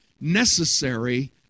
necessary